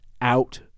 out